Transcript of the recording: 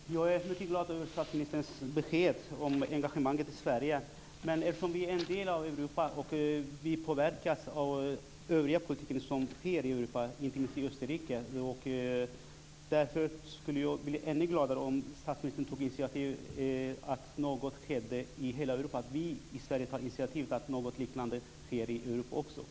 Fru talman! Jag är mycket glad över statsministerns besked om engagemanget i Sverige. Men eftersom vi är en del av Europa och vi påverkas av den politik som i övrigt förs i Europa, inklusive Österrike, skulle jag bli ännu gladare om statsministern och vi i Sverige tar initiativ till att något liknande sker i hela